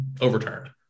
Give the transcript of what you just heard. overturned